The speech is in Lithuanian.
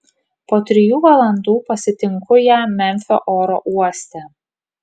po trijų valandų pasitinku ją memfio oro uoste